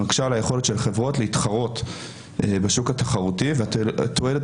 שמקשה על היכולת של חברות להתחרות בשוק התחרותי והתועלת